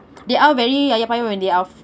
they are very yayapapaya when they are